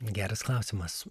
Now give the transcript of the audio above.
geras klausimas